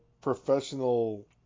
professional